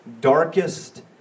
darkest